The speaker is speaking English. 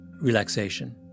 relaxation